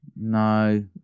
No